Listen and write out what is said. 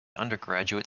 undergraduate